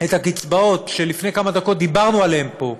את הקצבאות, שלפני כמה דקות דיברנו עליהן פה,